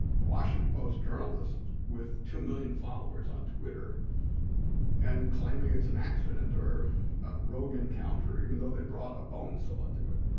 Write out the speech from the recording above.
washington post journalist with two million followers on twitter and claiming it's an accident or a rouge encounter even though they brought a bone saw to it.